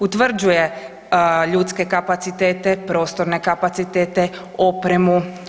Utvrđuje ljudske kapacitete, prostorne kapacitete, opremu.